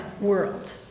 world